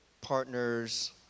partners